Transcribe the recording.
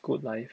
good life